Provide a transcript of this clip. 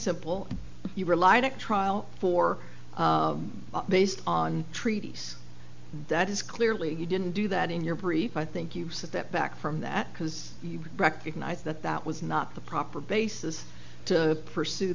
simple you relied on trial for based on treaties that is clearly you didn't do that in your brief i think you said that back from that because you recognize that that was not the proper basis to pursue